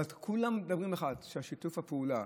אבל כולם מדברים על דבר אחד: שיתוף הפעולה,